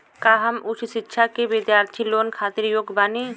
का हम उच्च शिक्षा के बिद्यार्थी लोन खातिर योग्य बानी?